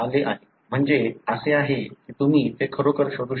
म्हणजे असे आहे की तुम्ही ते खरोखर शोधू करू शकता